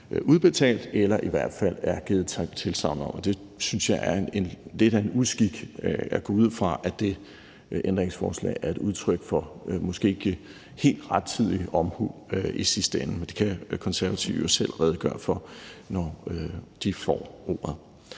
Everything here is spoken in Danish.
udbetalt, eller som der i hvert fald er givet tilsagn om, og det synes jeg er lidt af en uskik. Ændringsforslaget er måske udtryk for ikke helt rettidig omhu i sidste ende, men det kan Konservative jo selv redegøre for, når de får ordet.